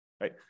right